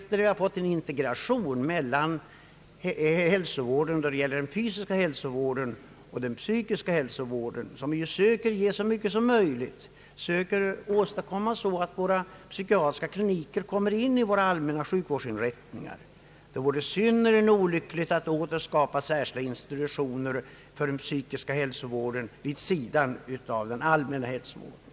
Sedan vi fått en integration mellan den psykiska och den fysiska hälsovården, varvid man söker åstadkomma att de psykiatriska klinikerna ingår i våra allmänna sjukvårdsinrättningar, vore det synnerligen olyckligt att åter skapa särskilda institutioner för den psykiska hälsovården vid sidan av den allmänna hälsovården.